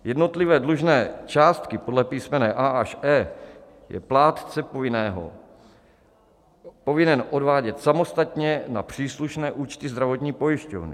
Jednotlivé dlužné částky podle písmene a) až e) je plátce povinen odvádět samostatně na příslušné účty zdravotní pojišťovny.